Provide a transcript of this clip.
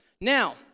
Now